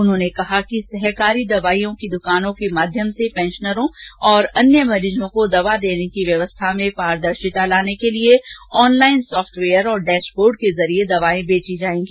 उन्होंने कहा कि सहकारी दवाई की दुकानों के माध्यम से पेंशनरों और अन्य मरीजों को दवा देने की व्यवस्था में पारदर्शिता लाने के लिए ऑनलाइन सॉफ्वेयर और डेशबोर्ड के जरिए दवाएं बेची जायेंगी